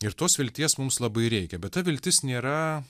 ir tos vilties mums labai reikia bet ta viltis nėra